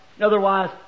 Otherwise